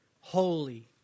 holy